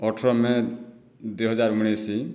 ଅଠର ମେ ଦୁଇହଜାର ଉଣେଇଶ